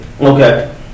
Okay